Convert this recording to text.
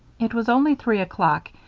it was only three o'clock,